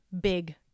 big